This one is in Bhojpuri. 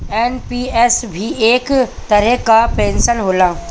एन.पी.एस भी एक तरही कअ पेंशन होला